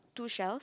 two shells